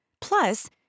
Plus